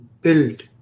build